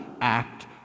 act